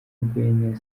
rwenya